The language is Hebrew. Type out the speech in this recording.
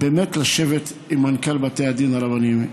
לשבת עם מנכ"ל בתי הדין הרבניים,